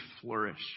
flourish